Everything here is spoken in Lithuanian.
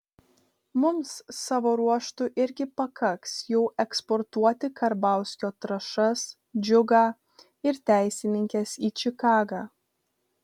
mums savo ruožtu irgi pakaks jau eksportuoti karbauskio trąšas džiugą ir teisininkes į čikagą